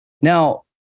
Now